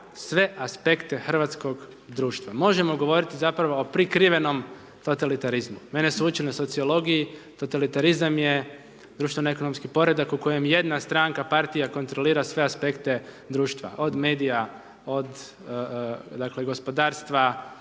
sve aspekte hrvatskog društva. Možemo govoriti zapravo o prikrivenom totalitarizmu. Mene su učili na sociologiji, totalitarizam je društveno ekonomski poredak u kojem jedna stranka, partija, kontrolira sve aspekte društva, od medija, od, dakle, gospodarstva,